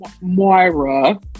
Moira